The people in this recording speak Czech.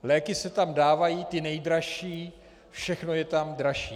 Léky se tam dávají ty nejdražší, všechno je tam dražší.